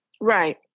Right